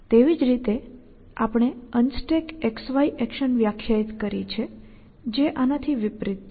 તેવી જ રીતે આપણે UnstackXY એકશન વ્યાખ્યાયિત કરી છે જે આનાથી વિપરિત છે